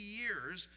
years